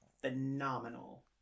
phenomenal